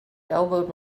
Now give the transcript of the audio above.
elbowed